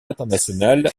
international